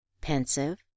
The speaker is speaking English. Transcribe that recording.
pensive